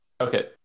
Okay